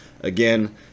again